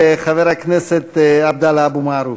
חבר הכנסת עבדאללה אבו מערוף.